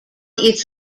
its